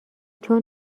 چون